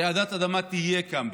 רעידת אדמה תהיה כאן בישראל,